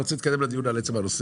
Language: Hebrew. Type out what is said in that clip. אני רוצה להתקדם לדיון על עצם הנושא.